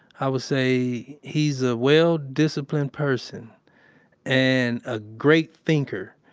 i would say he's a well-disciplined person and a great thinker.